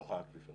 מתוך האקוויפר